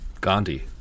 Gandhi